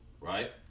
right